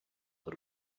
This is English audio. that